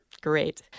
Great